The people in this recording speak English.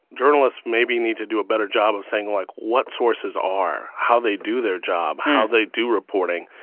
journalists maybe need to do a better job of saying, like, what sources are, how they do their job, how they do reporting.